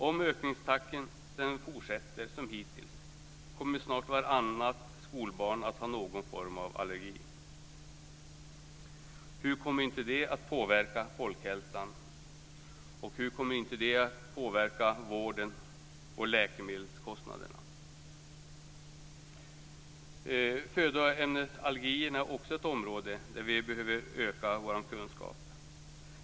Om ökningstakten fortsätter som hittills kommer snart vartannat skolbarn att ha någon form av allergi. Hur kommer inte det att påverka folkhälsan, och hur kommer inte det att påverka vård och läkemedelskostnaderna? Födoämnesallergierna är också ett område där vi behöver öka vår kunskap.